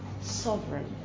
sovereign